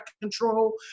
control